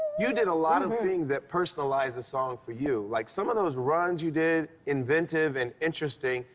you did a lot of things that personalized the song for you. like, some of those runs you did inventive and interesting.